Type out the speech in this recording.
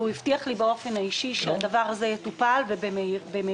הוא הבטיח לי באופן אישי שהדבר הזה יטופל ובמהירות.